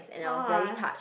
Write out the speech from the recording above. !wah!